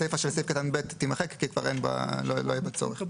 הסיפה של סעיף קטן (ב) תימחק כי כבר לא יהיה בה צורך.